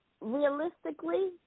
realistically